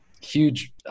huge